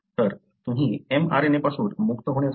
तर तुम्ही mRNA पासून मुक्त होण्याचा प्रयत्न कराल